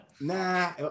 Nah